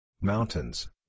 mountains